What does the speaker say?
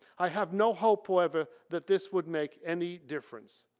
i have no hope however that this would make any difference.